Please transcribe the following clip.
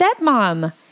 stepmom